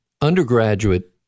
undergraduate